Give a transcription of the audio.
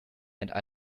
and